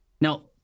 Now